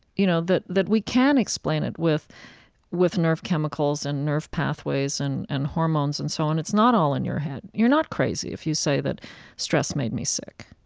you know, that that we can explain it with with nerve chemicals and nerve pathways and and hormones and so on. it's not all in your head. you're not crazy if you say that stress made me sick